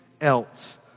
else